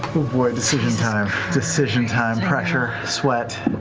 boy, decision time. decision time, pressure, sweat.